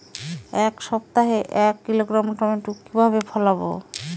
এক সপ্তাহে এক কিলোগ্রাম টমেটো কিভাবে ফলাবো?